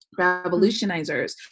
revolutionizers